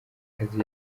akazi